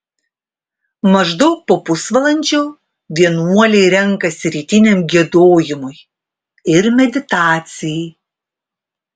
maždaug po pusvalandžio vienuoliai renkasi rytiniam giedojimui ir meditacijai